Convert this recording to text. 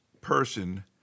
person